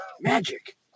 magic